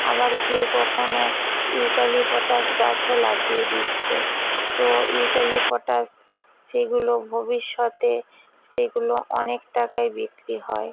আবার কেউ কখনো ইউক্যালিপটাস গাছও লাগিয়ে দিচ্ছে তো ইউক্যালিপটাস সেগুলো ভবিষ্যতে সেগুলো অনেক টাকায় বিক্রি হয়